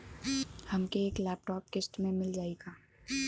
हमके एक लैपटॉप किस्त मे मिल जाई का?